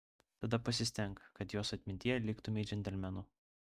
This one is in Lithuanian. tada pasistenk kad jos atmintyje liktumei džentelmenu